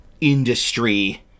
industry